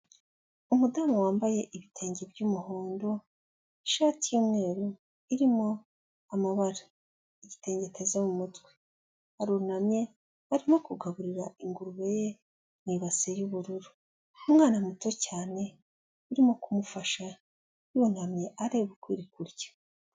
Umudamu wambaye ibitenge by'umuhondo, ishati y'umweru irimo amabara, igitenge ateze mu mutwe, arunamye, arimo kugaburira ingurube ye mu ibasi y'ubururu, umwana muto cyane urimo kumufasha, yunamye areba uko iri kurya.